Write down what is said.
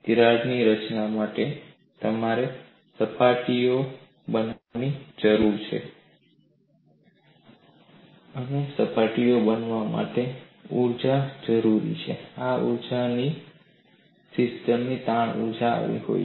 તિરાડની રચના માટે તમારે સપાટીઓ બનાવવાની જરૂર છે અને સપાટીઓ બનાવવા માટે ઊર્જા જરૂરી છે આ ઊર્જા સિસ્ટમની તાણ ઊર્જામાંથી આવી હોત